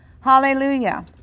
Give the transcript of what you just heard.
Hallelujah